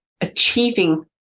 achieving